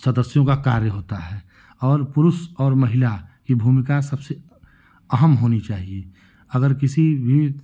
सदस्यों का कार्य होता है और पुरुष और महिला की भूमिका सबसे अहम होनी चाहिए अगर किसी भी